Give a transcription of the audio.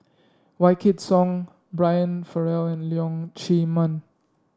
Wykidd Song Brian Farrell and Leong Chee Mun